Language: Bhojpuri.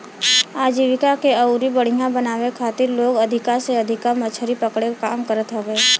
आजीविका के अउरी बढ़ियां बनावे के खातिर लोग अधिका से अधिका मछरी पकड़े क काम करत हवे